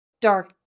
dark